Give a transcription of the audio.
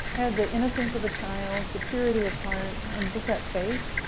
had the innocence of a child the purity of heart and just that faith.